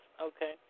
Okay